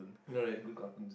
no like good cartoon